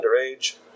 underage